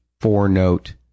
four-note